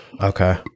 Okay